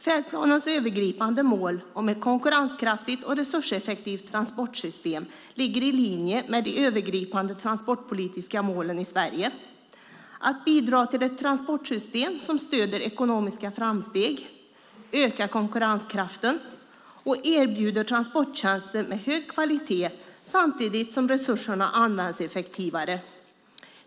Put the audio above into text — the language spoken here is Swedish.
Färdplanens övergripande mål om ett konkurrenskraftigt och resurseffektivt transportsystem ligger i linje med de övergripande transportpolitiska målen i Sverige: att bidra till ett transportsystem som stöder ekonomiska framsteg, ökar konkurrenskraften och erbjuder transporttjänster med hög kvalitet samtidigt som resurserna används effektivare.